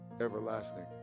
everlasting